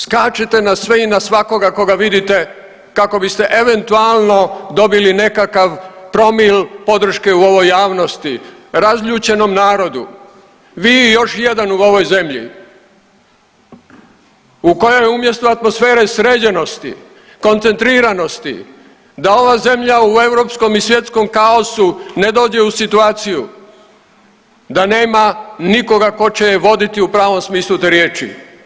Skačete na sve i na svakoga koga vidite kako biste eventualno dobili nekakav promil podrške u ovoj javnosti, razljućenom narodu, vi i još jedan u ovoj zemlji u kojoj je umjesto atmosfere sređenosti, koncentriranosti da ova zemlja u europskom i svjetskom kaosu ne dođe u situaciju da nema nikoga ko će je voditi u pravom smislu te riječi.